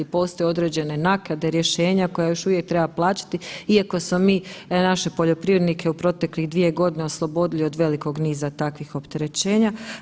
Postoje određene naknade, rješenja koja još uvijek treba plaćati iako smo mi naše poljoprivrednike u protekle dvije godine od velikog niza takvih opterećenja.